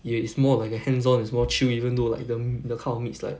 yo~ it's more like a hands on it's more chill even though like the the kind of meat is like